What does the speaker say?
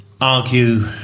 argue